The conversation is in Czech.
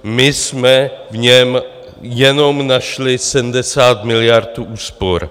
My jsme v něm jenom našli 70 miliard úspor.